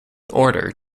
order